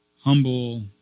humble